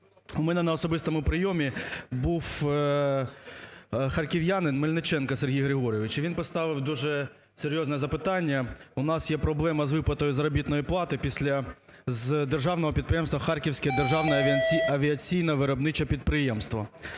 У мене на особистому прийомі був харків'янин Мельниченко Сергій Григорович і він поставив дуже серйозне запитання. У нас є проблема з виплатою заробітної плати з державного підприємства Харківське державне авіаційне виробниче підприємство.